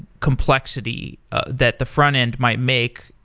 complexity that the front-end might make,